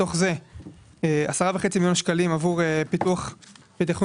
בתוך זה 10.5 מיליון שקלים עבור פיתוח ותכנון